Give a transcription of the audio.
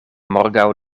morgaŭ